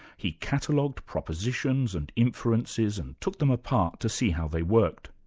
he catalogued propositions and inferences and took them apart to see how they worked.